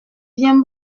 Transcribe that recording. bien